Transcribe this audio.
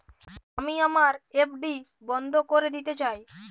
আমি আমার এফ.ডি বন্ধ করে দিতে চাই